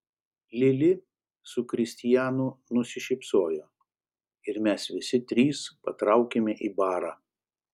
lili su kristijanu nusišypsojo ir mes visi trys patraukėme į barą